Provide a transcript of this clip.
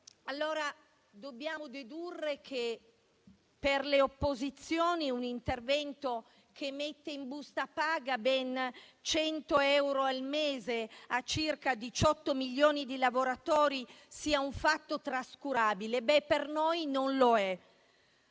Dobbiamo dedurre che per le opposizioni un intervento che mette in busta paga ben 100 euro al mese a circa 18 milioni di lavoratori sia un fatto trascurabile. Per noi non lo è.